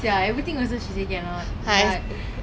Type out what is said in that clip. eh pink col~ pink colour damn nice leh